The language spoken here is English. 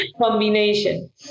combination